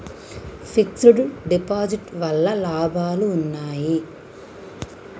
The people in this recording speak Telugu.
ఫిక్స్ డ్ డిపాజిట్ వల్ల లాభాలు ఉన్నాయి?